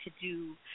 to-do